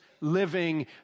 living